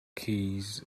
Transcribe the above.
keys